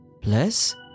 Plus